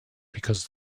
because